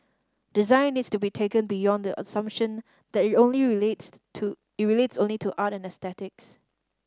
design needs to be taken beyond the assumption that it only relates to it relates only to art or aesthetics